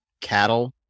cattle